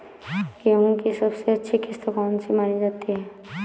गेहूँ की सबसे अच्छी किश्त कौन सी मानी जाती है?